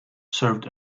served